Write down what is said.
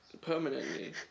permanently